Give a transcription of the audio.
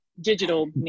digital